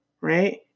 Right